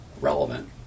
relevant